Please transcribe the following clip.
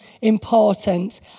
important